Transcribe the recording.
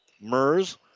Mers